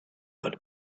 but